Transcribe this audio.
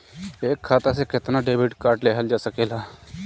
एक खाता से केतना डेबिट कार्ड लेहल जा सकेला?